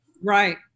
Right